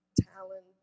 Talent